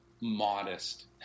modest